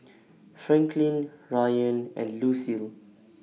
Franklyn Ryann and Lucille